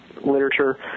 literature